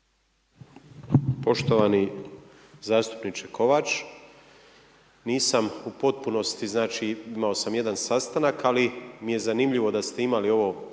Poštovani zastupniče Kovač, nisam u potpunosti, znači, imao sam jedan sastanak, ali mi je zanimljivo da ste imali ovo